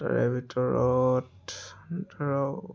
তাৰে ভিতৰত ধৰক